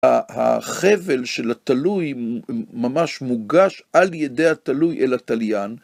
החבל של התלוי ממש מוגש על ידי התלוי אל התליין.